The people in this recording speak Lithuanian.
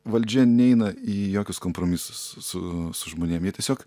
valdžia neina į jokius kompromisus su žmonėm jie tiesiog